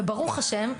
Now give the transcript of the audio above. וברוך השם,